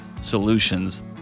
solutions